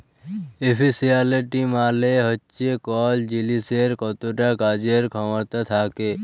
ইফিসিয়ালসি মালে হচ্যে কল জিলিসের কতট কাজের খ্যামতা থ্যাকে